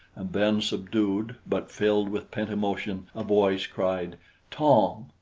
and then, subdued, but filled with pent emotion, a voice cried tom!